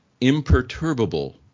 imperturbable